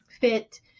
fit